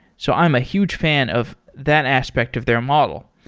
so i'm a huge fan of that aspect of their model.